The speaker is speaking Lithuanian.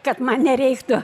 kad man nereiktų